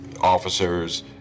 officers